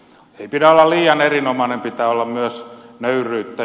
ei pidä olla liian erinomainen pitää olla myös nöyryyttä